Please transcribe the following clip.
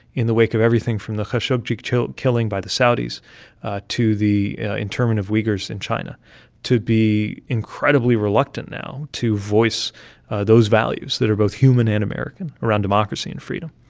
in the wake of everything from the khashoggi killing killing by the saudis to the internment of uyghurs in china to be incredibly reluctant now to voice those values that are both human and american around democracy and freedom,